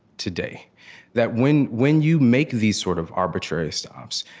today that when when you make these sort of arbitrary stops,